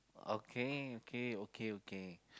okay okay okay okay